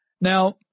Now